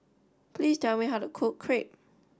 please tell me how to cook Crepe